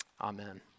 amen